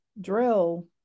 drill